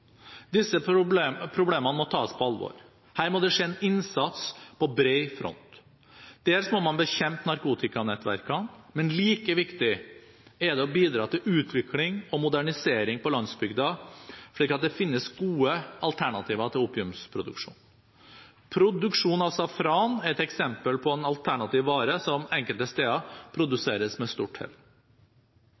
Disse problemene må tas på alvor. Her må det skje en innsats på bred front. Dels må man bekjempe narkotikanettverkene, men like viktig er det å bidra til utvikling og modernisering på landsbygda, slik at det finnes gode alternativer til opiumsproduksjon. Produksjon av safran er et eksempel på en alternativ vare som enkelte steder produseres med